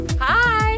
Hi